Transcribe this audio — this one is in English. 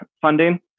funding